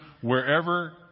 wherever